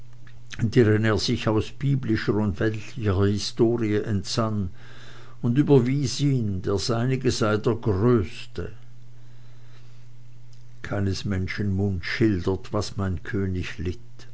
er sich aus biblischer und weltlicher historie entsann und überwies ihn der seinige sei der größeste keines menschen mund schildert was mein könig litt